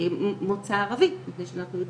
זה בסדר,